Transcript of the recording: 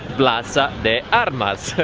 plaza de armas!